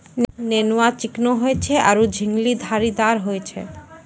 नेनुआ चिकनो होय छै आरो झिंगली धारीदार होय छै